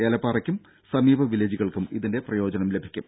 ഏലപ്പാറയ്ക്കും സമീപ വില്ലേജുകൾക്കും ഇതിന്റെ പ്രയോജനം ലഭിക്കും